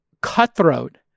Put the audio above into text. cutthroat